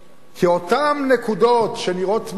כי אותן נקודות שנראות תמימות,